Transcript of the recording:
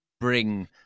bring